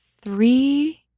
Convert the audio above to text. three